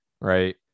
right